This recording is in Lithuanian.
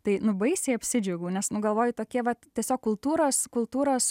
tai nu baisiai apsidžiaugiau nes nu galvoju tokie vat tiesiog kultūros kultūros